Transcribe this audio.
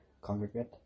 congregate